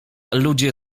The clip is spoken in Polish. ludzie